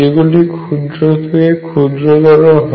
যেগুলি ক্ষুদ্র থেকে ক্ষুদ্রতর হয়